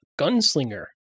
Gunslinger